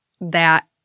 that-